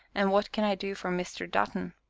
and what can i do for mr. dutton?